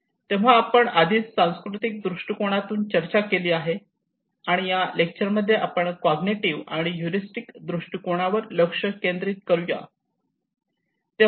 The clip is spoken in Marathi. तेव्हा आपण आधीच सांस्कृतिक दृष्टिकोनातून चर्चा केली आहे आणि या लेक्चर मध्ये आपण कॉग्निटिव्ह आणि हयूरिस्टिक दृष्टिकोनावर लक्ष केंद्रित करूयात